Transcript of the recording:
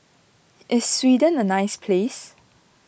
is Sweden a nice place